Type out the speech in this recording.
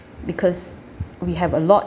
because we have a lot